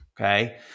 Okay